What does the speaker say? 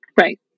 Right